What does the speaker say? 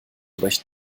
recht